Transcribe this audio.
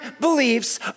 beliefs